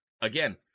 again